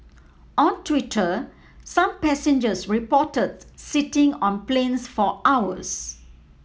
on Twitter some passengers reported sitting on planes for hours